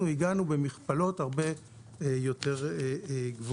עם הפיקוח הטכנולוגי הגענו למכפלות הרבה יותר גבוהות.